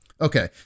Okay